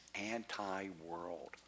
anti-world